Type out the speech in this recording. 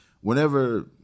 whenever